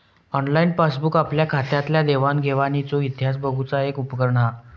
online passbook आपल्या खात्यातल्या देवाण घेवाणीचो इतिहास बघुचा एक उपकरण हा